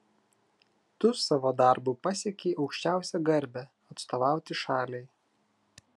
tu savo darbu pasiekei aukščiausią garbę atstovauti šaliai